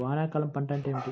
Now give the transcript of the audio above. వానాకాలం పంట అంటే ఏమిటి?